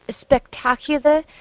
spectacular